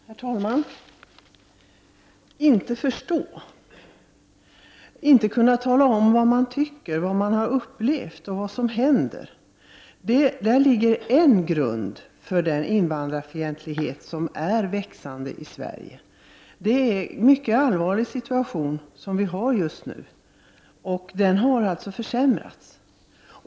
Herr talman! Att inte förstå och inte kunna tala om vad man tycker, vad man har upplevt och vad som händer — här finns en grund för den invandrarfientlighet som ökar i Sverige. Situationen just nu är mycket allvarlig, och läget har försämrats.